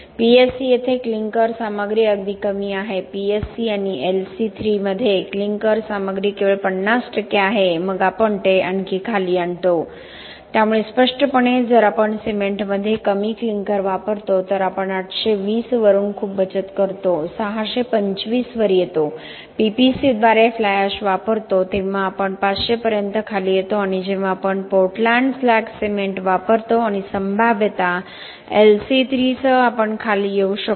PSC येथे clinker सामग्री अगदी कमी आहे पीएससी आणि एलसी3 मध्ये क्लिंकर सामग्री केवळ 50 आहे मग आपण ते आणखी खाली आणतो त्यामुळे स्पष्टपणे जर आपण सिमेंटमध्ये कमी क्लिंकर वापरतो तर आपण 820 वरून खूप बचत करतो 625 वर येतो PPC द्वारे फ्लाय ऍश वापरतो तेव्हा आपण 500 पर्यंत खाली येतो आणि जेव्हा आपण पोर्टलॅंड स्लॅग सिमेंट वापरतो आणि संभाव्यतः LC3 सह आपण खाली येऊ शकतो